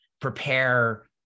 prepare